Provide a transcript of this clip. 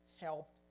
helped